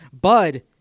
Bud